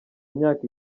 myaka